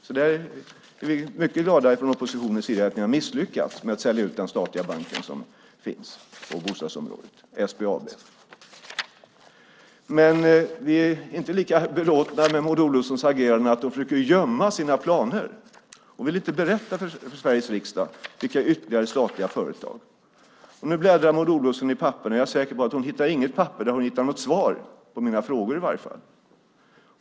Vi är alltså mycket glada från oppositionens sida över att ni har misslyckats med att sälja ut den statliga bank som finns på bostadsområdet, nämligen SBAB. Vi är inte lika belåtna med Maud Olofssons agerande när hon försöker gömma sina planer. Hon vill inte berätta för Sveriges riksdag vilka ytterligare statliga företag det handlar om. Nu bläddrar Maud Olofsson i papperen, och jag är säker på att hon inte hittar något papper där hon finner svar på mina frågor.